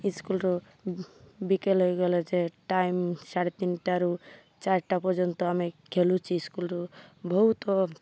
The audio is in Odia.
ସ୍କୁଲରୁ ବିକେଲ ହୋଇଗଲେ ଯେ ଟାଇମ୍ ସାଢ଼େ ତିନିଟାରୁ ଚାରିଟା ପର୍ଯ୍ୟନ୍ତ ଆମେ ଖେଳୁଛି ସ୍କୁଲରୁ ବହୁତ